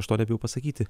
aš to nebijau pasakyti